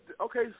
okay